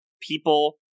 people